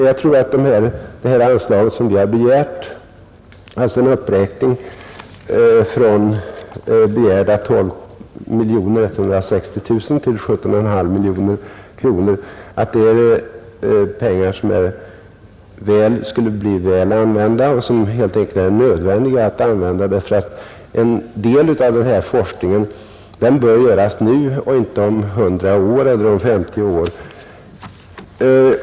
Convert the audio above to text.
Jag tror att den uppräkning som vi har begärt, från äskade 12 160 000 till 17 500 000 kronor, är pengar som skulle bli väl använda och som också är helt enkelt nödvändiga, eftersom en del av denna forskning bör göras nu och inte om 100 eller om 50 år.